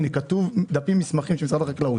יש פה דפים ומסמכים של משרד החקלאות.